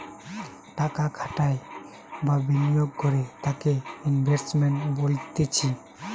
টাকা খাটাই বা বিনিয়োগ করে তাকে ইনভেস্টমেন্ট বলতিছে